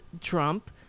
Trump